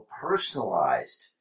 personalized